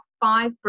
five